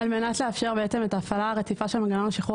על מנת לאפשר את ההפעלה הרציפה של מנגנון השחרור